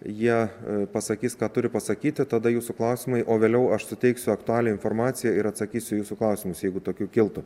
jie pasakys ką turi pasakyti tada jūsų klausimai o vėliau aš suteiksiu aktualią informaciją ir atsakysiu į jūsų klausimus jeigu tokių kiltų